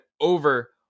over